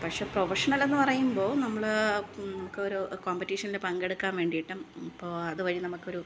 പക്ഷെ പ്രൊഫഷണല് എന്നു പറയുമ്പോൾ നമ്മൾ ഒരു കോമ്പറ്റീഷനിൽ പങ്കെടുക്കാന് വേണ്ടീട്ടും അപ്പോൾ അതുവഴി നമുക്കൊരു